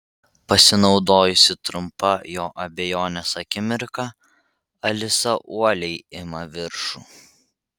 pasinaudojusi trumpa jo abejonės akimirka alisa uoliai ima viršų